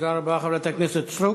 תודה רבה, חברת הכנסת סטרוק.